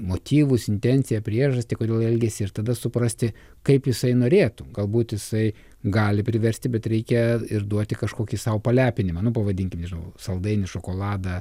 motyvus intenciją priežastį kodėl elgėsi ir tada suprasti kaip jisai norėtų galbūt jisai gali priversti bet reikia ir duoti kažkokį sau palepinimą nu pavadinkim nežinau saldainį šokoladą